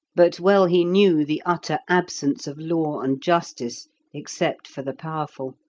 but well he knew the utter absence of law and justice except for the powerful.